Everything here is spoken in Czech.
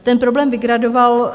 Ten problém vygradoval.